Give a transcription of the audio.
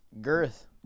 Girth